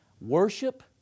Worship